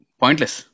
pointless